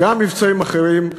וגם מבצעים אחרים,